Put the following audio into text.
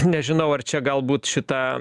nežinau ar čia galbūt šitą